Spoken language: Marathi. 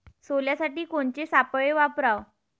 सोल्यासाठी कोनचे सापळे वापराव?